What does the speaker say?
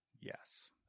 yes